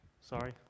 Sorry